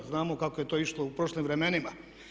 Znamo kako je to išlo u prošlim vremenima.